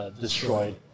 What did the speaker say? destroyed